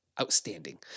outstanding